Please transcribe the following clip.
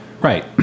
Right